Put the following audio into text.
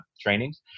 trainings